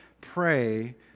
pray